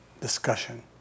discussion